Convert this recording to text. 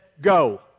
go